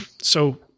So-